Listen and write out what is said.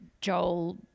Joel